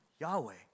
Yahweh